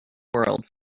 world